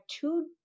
two